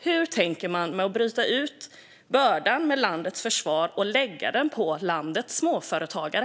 Hur tänker man när man vill lägga bördan för landets försvar på våra småföretagare?